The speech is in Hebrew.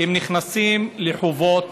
הם נכנסים לחובות,